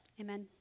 amen